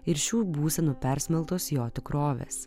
ir šių būsenų persmelktos jo tikrovės